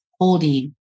holding